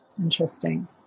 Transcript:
Interesting